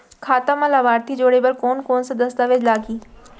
खाता म लाभार्थी जोड़े बर कोन कोन स दस्तावेज लागही?